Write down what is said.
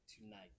tonight